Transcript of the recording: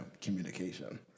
communication